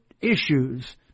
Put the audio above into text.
issues